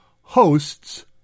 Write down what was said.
hosts